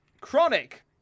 Chronic